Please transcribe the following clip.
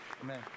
Amen